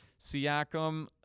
Siakam